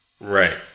Right